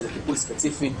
טיפול ספציפי,